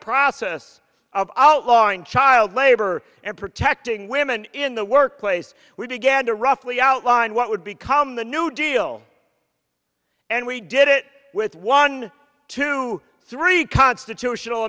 process of outlawing child labor and protecting women in the workplace we began to roughly outline what would become the new deal and we did it with one to three constitutional